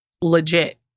legit